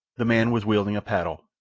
the man was wielding a paddle,